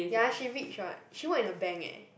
ya she rich [what] she work in a bank eh